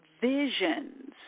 visions